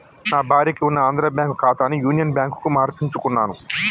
నా భార్యకి ఉన్న ఆంధ్రా బ్యేంకు ఖాతాని యునియన్ బ్యాంకుకు మార్పించుకున్నాను